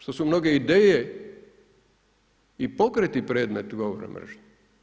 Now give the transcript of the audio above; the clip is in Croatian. Što su mnoge ideje i pokreti predmet govora mržnje.